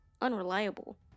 unreliable